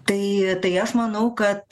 tai tai aš manau kad